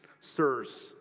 Sirs